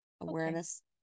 Awareness